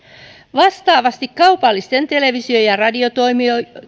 vastaavasti kaupallisten televisio ja radiotoimijoiden